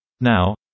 Now